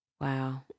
Wow